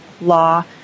law